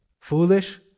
Foolish